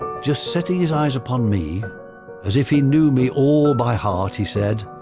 just setting his eyes upon me as if he knew me all by heart, he said,